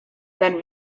then